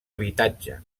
habitatge